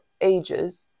ages